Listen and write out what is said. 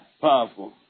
powerful